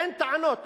אין טענות,